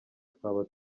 twaba